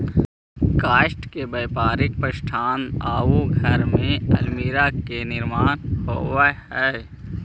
काष्ठ से व्यापारिक प्रतिष्ठान आउ घर में अल्मीरा के निर्माण होवऽ हई